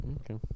Okay